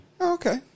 Okay